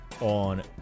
on